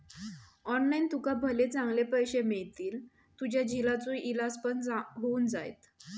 online तुका भले चांगले पैशे मिळतील, तुझ्या झिलाचो इलाज पण होऊन जायत